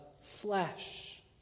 flesh